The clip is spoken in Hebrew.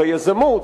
היזמות,